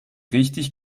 richtig